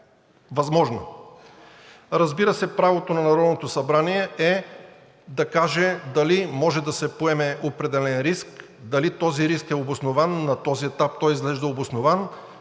възможна. Разбира се, право на Народното събрание е да каже дали може да се поеме определен риск, дали този риск е обоснован. На този етап изглежда обоснован